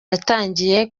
yatangiye